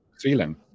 feeling